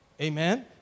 Amen